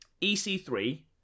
EC3